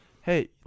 hey